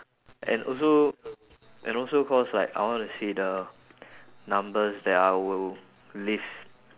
and also and also cause like I wanna see the numbers that I will lift